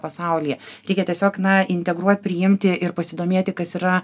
pasaulyje reikia tiesiog na integruot priimti ir pasidomėti kas yra